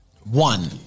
One